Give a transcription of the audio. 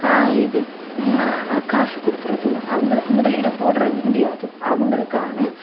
கா இது காசு கொடுக்கிறது அவங்களுக்கு முதலீடு போடுற முடியாது அவங்களுக்கான